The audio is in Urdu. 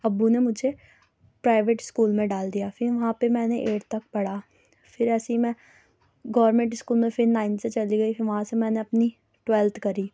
ابو نے مجھے پرائیوٹ اسکول میں ڈال دیا پھر وہاں پہ میں نے ایٹ تک پڑھا پھر ایسے ہی میں گورنمنٹ اسکول میں پھر نائن سے چلی گئی پھر وہاں سے میں نے اپنی ٹویلتھ کری